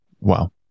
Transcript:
Wow